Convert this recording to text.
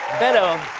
beto